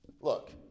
look